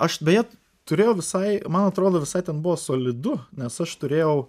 aš beje turėjau visai man atrodo visa ten buvo solidu nes aš turėjau